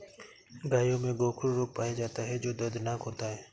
गायों में गोखरू रोग पाया जाता है जो दर्दनाक होता है